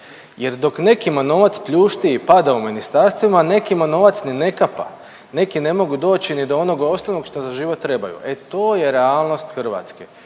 jer dok nekima novac pljušti i pada u ministarstvima nekima novac ni ne kapa, neki ne mogu doći ni do onog osnovnog što za život trebaju. E to je realnost Hrvatske,